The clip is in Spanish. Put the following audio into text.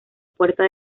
puerta